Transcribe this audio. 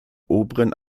oberen